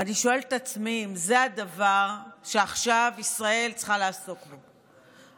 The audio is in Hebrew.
ואני שואלת את עצמי אם זה הדבר שעכשיו ישראל צריכה לעסוק בו עכשיו,